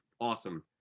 awesome